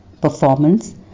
performance